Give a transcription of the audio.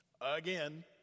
again